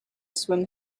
swim